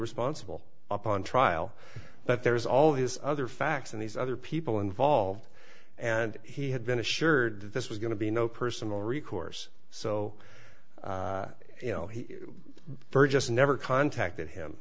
responsible up on trial but there was all his other facts and these other people involved and he had been assured that this was going to be no personal recourse so you know he just never contacted him